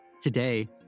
Today